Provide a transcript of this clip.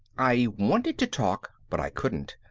i wanted to talk but i couldn't.